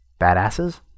Badasses